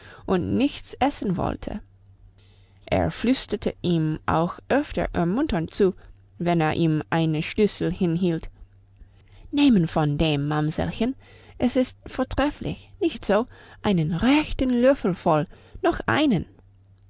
und nichts essen wollte er flüsterte ihm auch öfter ermunternd zu wenn er ihm eine schüssel hinhielt nehmen von dem mamsellchen s ist vortrefflich nicht so einen rechten löffel voll noch einen